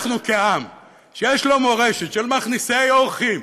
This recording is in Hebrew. אנחנו, עם שיש לו מורשת של מכניסי אורחים,